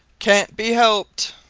cant be helped.